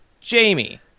Jamie